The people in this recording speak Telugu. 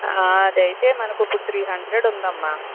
అదైతే మనకి ఇపుడు త్రీ హండ్రెడ్ ఉందమ్మా